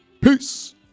Peace